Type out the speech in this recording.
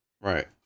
Right